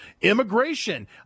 Immigration